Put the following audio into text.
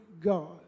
God